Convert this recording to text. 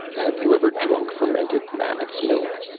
have you ever drunk fermented mammoth's milk?